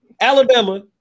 Alabama